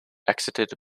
exited